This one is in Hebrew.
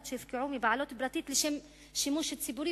שהופקעו מבעלות פרטית לשם שימוש ציבורי,